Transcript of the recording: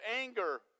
anger